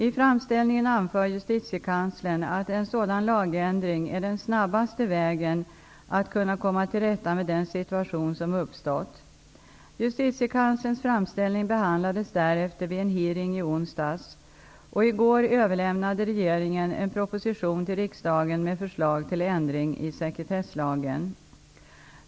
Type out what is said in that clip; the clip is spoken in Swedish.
I framställningen anför Justitiekanslern att en sådan lagändring är den snabbaste vägen att kunna komma till rätta med den situation som uppstått. Justitiekanslerns framställning behandlades därefter vid en hearing i onsdags, och i går överlämnade regeringen en proposition till riksdagen med förslag till ändring i sekretesslagen.